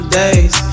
days